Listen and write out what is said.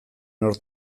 nor